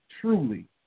truly